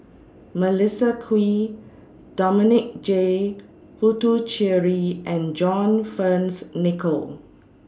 Melissa Kwee Dominic J Puthucheary and John Fearns Nicoll